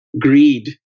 greed